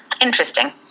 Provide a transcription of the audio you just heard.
interesting